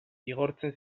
igortzen